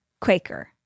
Quaker